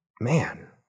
man